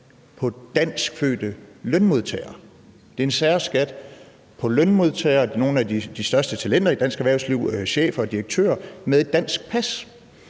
på danskfødte lønmodtagere. Det er en særskat på lønmodtagere. Det er nogle af de største talenter i dansk erhvervsliv – chefer og direktører – med et dansk pas.